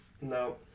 No